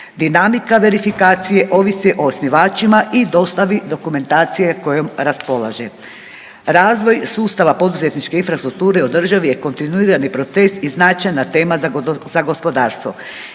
Dinamika verifikacije ovisi o osnivačima i dostavi dokumentacije kojom raspolaže. Razvoj sustava poduzetničke infrastrukture održiv je kontinuirani proces i značajna tema za gospodarstvo